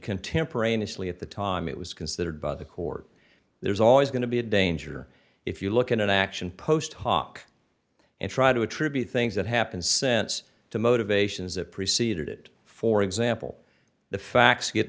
contemporaneously at the time it was considered by the court there's always going to be a danger if you look at an action post hoc and try to attribute things that happened sense to motivations that preceded it for example the facts get